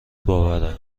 باوره